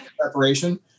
Preparation